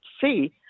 see